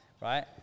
right